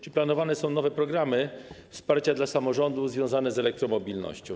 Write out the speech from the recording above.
Czy planowane są nowe programy wsparcia dla samorządów związane z elektromobilnością?